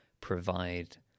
provide